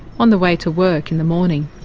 on the way to work in the morning,